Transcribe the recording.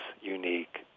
unique